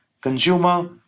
consumer